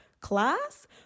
Class